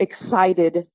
excited